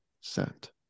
sent